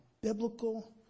biblical